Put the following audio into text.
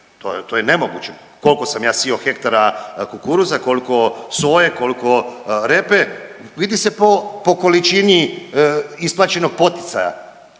to je nemoguće. Kolko sam ja sijo hektara kukuruza, kolko soje, kolko repe vidi se po količini isplaćenog poticaja,